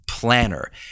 planner